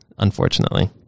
unfortunately